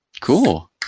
Cool